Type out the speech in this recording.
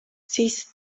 siis